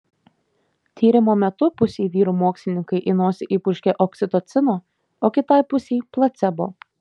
tyrimo metu pusei vyrų mokslininkai į nosį įpurškė oksitocino o kitai pusei placebo